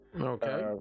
Okay